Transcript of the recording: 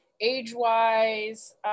age-wise